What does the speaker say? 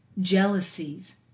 jealousies